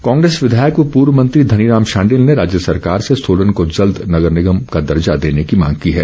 शांडिल कांग्रेस विधायक व पूर्व मंत्री धनीराम शांडिल ने राज्य सरकार से सोलन को जल्द नगर निगम का दर्जा देने की मांग की है